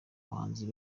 abahanzi